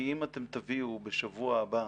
כי אם תביאו בשבוע הבא,